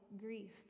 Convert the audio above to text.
grief